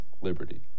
liberty